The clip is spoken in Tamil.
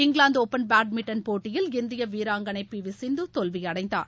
இங்கிலாந்து ஒபன் பேட்மிண்டன் போட்டியில் இந்திய வீராங்கனை பி வி சிந்து தோல்வியடைந்தார்